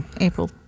April